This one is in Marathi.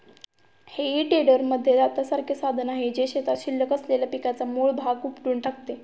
हेई टेडरमध्ये दातासारखे साधन आहे, जे शेतात शिल्लक असलेल्या पिकाचा मूळ भाग उपटून टाकते